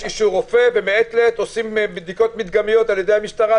יש אישור רופא ומעת לעת עושים בדיקות מדגמיות על-ידי המשטרה.